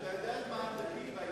אתה יודע מה עמדתי בעניין.